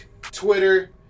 twitter